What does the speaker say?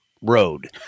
road